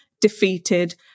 defeated